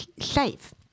safe